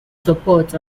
support